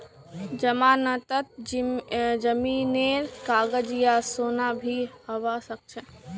जमानतत जमीनेर कागज या सोना भी हबा सकछे